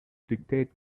dictate